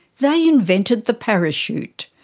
they invented the parachute,